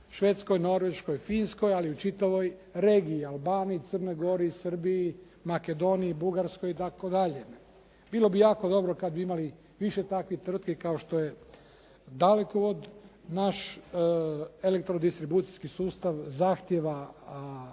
Švedskoj, Norveškoj, Finskoj, ali i u čitavoj regiji. Albaniji, Crnoj Gori, Srbiji, Makedoniji, Bugarskoj itd. Bilo bi jako dobro kad bi imali više takvih tvrtki kao što je Dalekovod. Naš elektrodistribucijski sustav zahtijeva